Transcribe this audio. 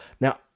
Now